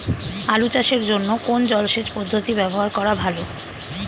আলু চাষের জন্য কোন জলসেচ পদ্ধতি ব্যবহার করা ভালো?